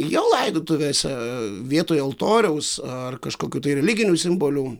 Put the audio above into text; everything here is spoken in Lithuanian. jo laidotuvėse vietoj altoriaus ar kažkokių religinių simbolių